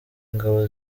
ingabo